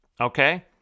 Okay